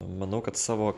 manau kad savo